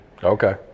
Okay